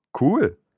Cool